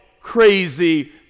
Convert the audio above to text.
crazy